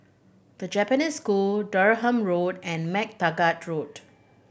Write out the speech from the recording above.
The Japanese School Durham Road and MacTaggart Road